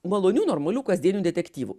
malonių normalių kasdienių detektyvų